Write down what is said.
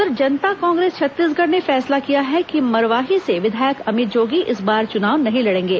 उधर जनता कांग्रेस छत्तीसगढ़ ने फैसला किया है कि मरवाही से विधायक अमित जोगी इस बार चुनाव नहीं लडेंगे